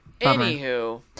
Anywho